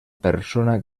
persona